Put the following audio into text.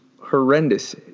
horrendous